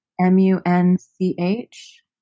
M-U-N-C-H